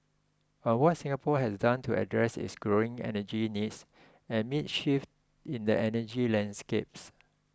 on what Singapore has done to address its growing energy needs amid shifts in the energy landscapes